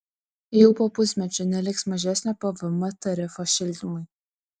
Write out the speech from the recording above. jau po pusmečio neliks mažesnio pvm tarifo šildymui